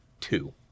two